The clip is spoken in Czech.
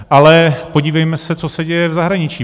Ale podívejme se, co se děje v zahraničí.